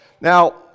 now